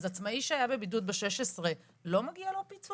אז עצמאי שהיה בבידוד ב-16, לא מגיע לו פיצוי?